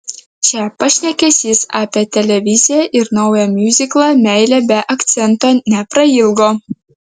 čia pašnekesys apie televiziją ir naują miuziklą meilė be akcento neprailgo